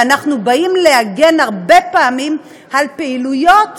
ואנחנו באים להגן הרבה פעמים על פעילויות